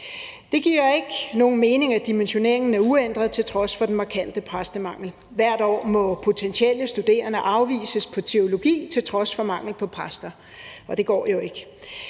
Det giver jo ikke nogen mening, at dimensioneringen er uændret til trods for den markante præstemangel. Hvert år må potentielle studerende afvises på teologi til trods for manglen på præster, og det går jo ikke.